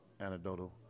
anecdotal